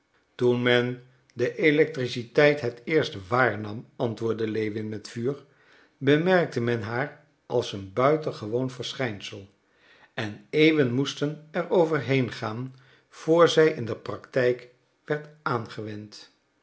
toen men de electriciteit het eerst waarnam antwoordde lewin met vuur bemerkte men haar als een buitengewoon verschijnsel en eeuwen moesten er over heengaan voor zij in de practijk werd aangewend